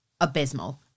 abysmal